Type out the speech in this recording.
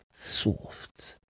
Soft